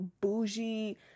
bougie